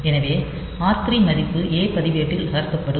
எனவே r 3 மதிப்பு a பதிவேட்டில் நகர்த்தப்படும்